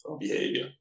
behavior